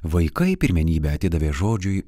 vaikai pirmenybę atidavė žodžiui